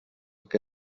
què